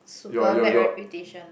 super bad reputation